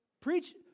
Preach